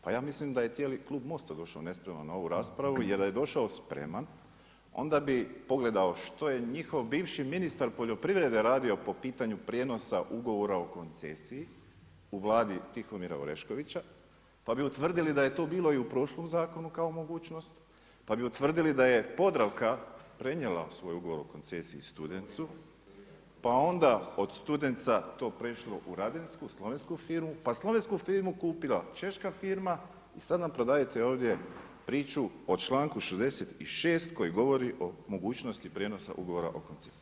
Pa ja mislim da je cijeli klub MOST-a došao nespreman na ovu raspravu jer da je došao spreman onda bi pogledao što je njihov bivši ministar poljoprivrede radio po pitanju prijenosa ugovora o koncesiji u Vladi Tihomira Oreškovića, pa bi utvrdili da je to bilo i u prošlom zakonu kao mogućnost, pa bi utvrdili da je Podravka prenijela svoj ugovor o koncesiji Studencu, pa onda od Studenca to prešlo u Radensku, slovensku firmu, pa kupila češka firma i sada nam prodajete ovdje priču o članku 66. koji govori o mogućnosti prijenosa ugovora o koncesiji.